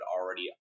already